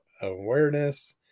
awareness